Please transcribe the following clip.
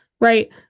right